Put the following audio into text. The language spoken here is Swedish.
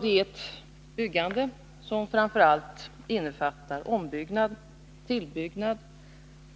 Det är ett byggande som framför allt innefattar ombyggnad, tillbyggnad,